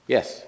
Yes